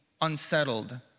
unsettled